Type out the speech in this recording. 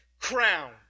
crown